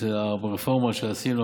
ברפורמה שעשינו,